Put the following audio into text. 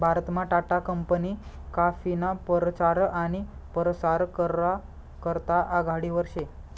भारतमा टाटा कंपनी काफीना परचार आनी परसार करा करता आघाडीवर शे